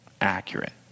accurate